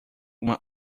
uma